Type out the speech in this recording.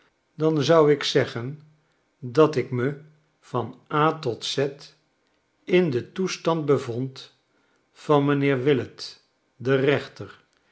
helderen danzou ik zeggen dat ik me van a tot z in den toestandbevond van mijnheer willet den reenter